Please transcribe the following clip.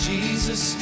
Jesus